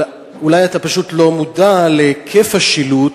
אבל אולי אתה פשוט לא מודע להיקף השילוט,